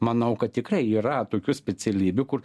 manau kad tikrai yra tokių specialybių kur